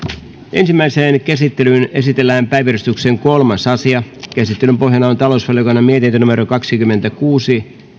ensimmäiseen käsittelyyn esitellään päiväjärjestyksen kolmas asia käsittelyn pohjana on talousvaliokunnan mietintö kaksikymmentäkuusi